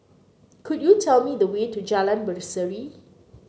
could you tell me the way to Jalan Berseri